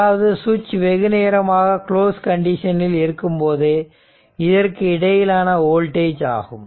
அதாவது சுவிட்ச் வெகுநேரமாக கிளோஸ் கண்டிஷனில் இருக்கும்போது இதற்கு இடையிலான வோல்டேஜ் ஆகும்